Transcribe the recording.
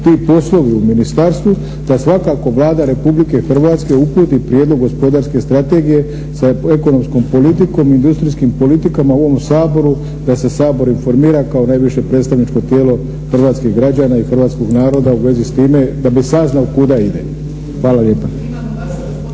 ti poslovi u ministarstvu, da svakako Vlada Republike Hrvatske uputi prijedlog gospodarske strategije sa ekonomskom politikom, industrijskim politikama ovom Saboru, da se Sabor informira kao najviše predstavničko tijelo hrvatskih građana i hrvatskog naroda u vezi s time, da bi saznao kuda ide. Hvala lijepa.